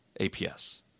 APS